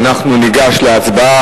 ואנחנו ניגש להצבעה,